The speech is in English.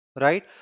right